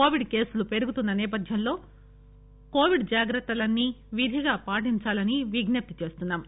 Covid కేసులు పెరుగుతున్న నేపథ్యంలో కోవిడ్ జాగ్రత్తలన్నీ విధిగా పాటించాలని విజ్ఞప్తి చేస్తున్నాం